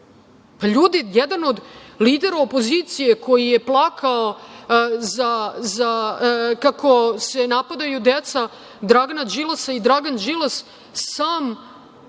jedan od lidera opozicije koji je plakao kako se napadaju deca Dragana Đilasa i Dragan Đilas sam,